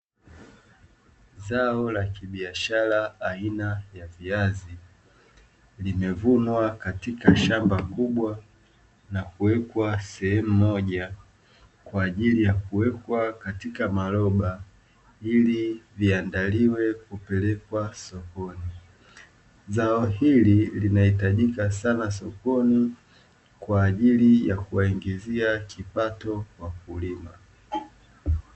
Zao la kibiashara aina ya viazi limevunwa katika shamba kubwa na kuwekwa sehemu moja; kwa ajili ya kuwekwa katika maloba ili ziangaliwe kupelekwa sokoni, zao hili linahitajika sana sokoni kwa ajili ya kuwaingizia kipato wakulima.